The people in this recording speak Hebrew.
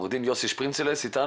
עו"ד יוסי שפרינצלס בבקשה.